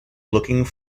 looking